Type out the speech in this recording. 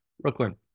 Brooklyn